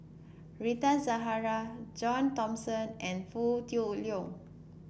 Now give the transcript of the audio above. Rita Zahara John Thomson and Foo Tui Liew